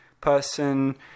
person